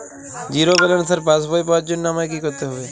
Zero ব্যালেন্সের পাসবই পাওয়ার জন্য আমায় কী করতে হবে?